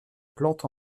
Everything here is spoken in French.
plante